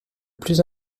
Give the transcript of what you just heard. plus